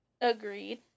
Agreed